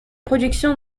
production